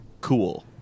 cool